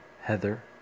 Heather